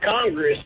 Congress